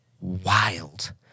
wild